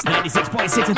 96.6